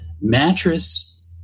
Mattress